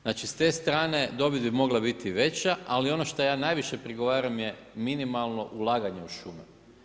Znači, s te strane dobit bi mogla biti i veća, ali ono što ja najviše prigovaram je minimalno ulaganje u šume.